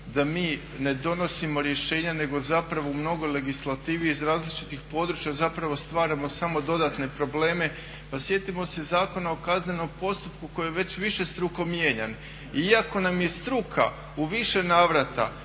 da mi ne donosimo rješenja nego zapravo u mnogo legislativa iz različitih područja zapravo stvaramo samo dodatne probleme. Pa sjetimo se Zakona o kaznenom postupku koji je već višestruko mijenjan iako nam je struka u više navrata